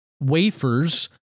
wafers